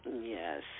Yes